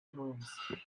brooms